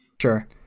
Sure